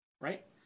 right